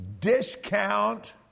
discount